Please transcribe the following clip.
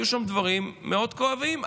היו שם דברים מאוד כואבים,